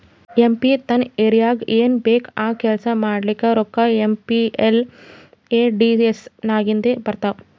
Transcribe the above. M P ತನ್ ಏರಿಯಾಗ್ ಏನ್ ಬೇಕ್ ಆ ಕೆಲ್ಸಾ ಮಾಡ್ಲಾಕ ರೋಕ್ಕಾ ಏಮ್.ಪಿ.ಎಲ್.ಎ.ಡಿ.ಎಸ್ ನಾಗಿಂದೆ ಬರ್ತಾವ್